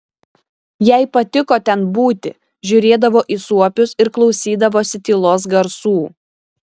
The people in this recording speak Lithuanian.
jai patiko ten būti žiūrėdavo į suopius ir klausydavosi tylos garsų